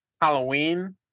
Halloween